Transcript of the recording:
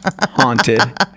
haunted